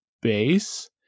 base